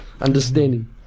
understanding